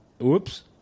whoops